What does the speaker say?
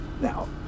Now